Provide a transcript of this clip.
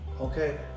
okay